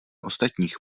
ostatních